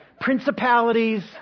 principalities